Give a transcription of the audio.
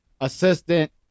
assistant